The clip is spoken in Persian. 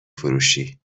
فروشی